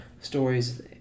stories